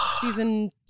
season